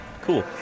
cool